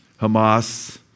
Hamas